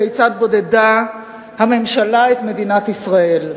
כיצד בודדה הממשלה את מדינת ישראל.